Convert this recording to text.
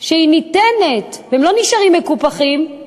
שהיא ניתנת, והם לא נשארים מקופחים,